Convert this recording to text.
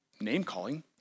name-calling